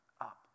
up